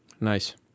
Nice